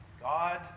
God